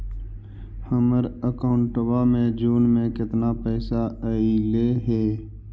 हमर अकाउँटवा मे जून में केतना पैसा अईले हे?